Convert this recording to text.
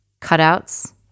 cutouts